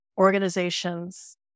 organization's